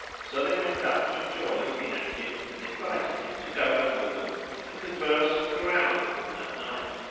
so they went up to enjoy looking at him and invited him to go home with them and converse and carouse with them that night.